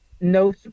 No